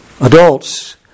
Adults